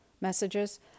messages